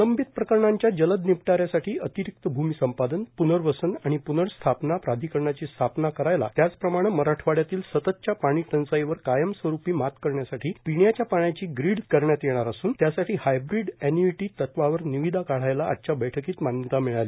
प्रलंबित प्रकरणांच्या जलद निपटाऱ्यासाठी अतिरिक्त भूमी संपादन पुनर्वसन आणि पुनर्स्यांपना प्राधिकरणांची स्थापना करायला त्याचप्रमाणं मराठवाड्यातील सततच्या पाणी टंचाईवर कायमस्वस्तपी मात करण्यासाठी पिण्याच्या पाण्याची श्रीड करण्यात येणार असून त्यासाठी हायब्रीड अँन्युईटी तत्त्वावर निविदा काढायला आजच्या बैठकीत मान्यता मिळाली